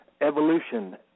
evolution